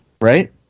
Right